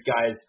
guys